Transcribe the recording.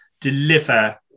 deliver